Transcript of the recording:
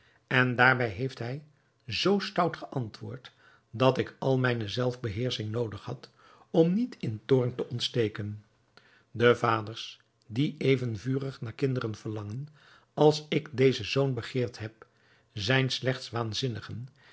en daarbij heeft hij zoo stout geantwoord dat ik al mijne zelfbeheersching noodig had om niet in toorn te ontsteken de vaders die even vurig naar kinderen verlangen als ik dezen zoon begeerd heb zijn slechts waanzinnigen